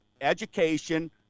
education